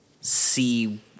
see